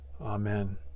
Amen